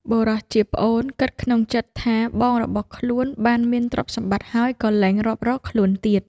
បុរសជាប្អូនគិតក្នុងចិត្តថាបងរបស់ខ្លួនបានមានទ្រព្យសម្បត្តិហើយក៏លែងរាប់រកខ្លួនទៀត។